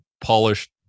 polished